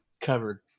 covered